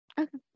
Okay